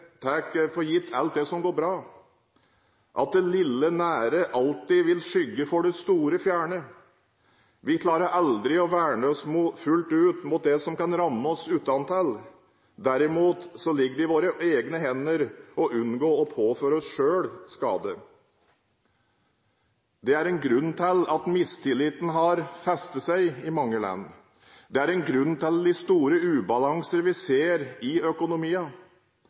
for gitt alt det som går bra – at det lille, nære alltid vil skygge for det store, fjerne. Vi klarer aldri å verne oss fullt ut mot det som kan ramme oss utenfra. Derimot ligger det i våre egne hender å unngå å påføre oss selv skade. Det er en grunn til at mistilliten har festet seg i mange land. Det er en grunn til de store ubalanser vi ser i